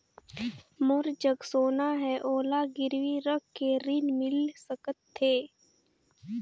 मोर जग सोना है ओला गिरवी रख के ऋण मिल सकथे?